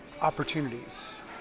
opportunities